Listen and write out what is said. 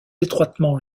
étroitement